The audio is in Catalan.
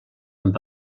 amb